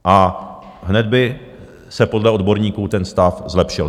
A hned by se podle odborníků ten stav zlepšil.